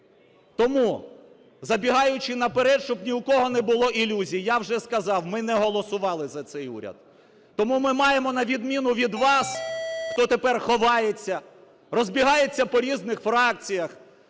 Тому, забігаючи наперед, щоб ні у кого не було ілюзій. Я вже сказав, ми не голосували за цей уряд, тому ми маємо, на відміну від вас, хто тепер ховається, розбігаються по різних фракціях,